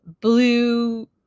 blue